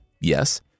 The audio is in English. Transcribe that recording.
yes